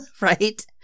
right